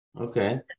Okay